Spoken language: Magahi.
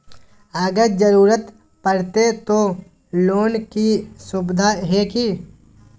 अगर जरूरत परते तो लोन के सुविधा है की?